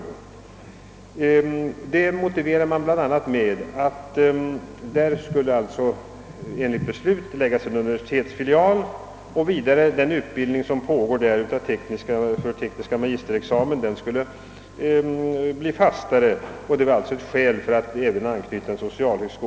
En sådan förläggning motiveras bl.a. med att det enligt redan fattat beslut kommer att bli en universitetsfilial i Örebro, att den tekniska magis terutbildningen i Örebro kommer att få fastare former och att den nya socialhögskolan kan dra nytta av den utbildning som alltså redan finns i eller kommer till Örebro.